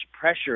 pressure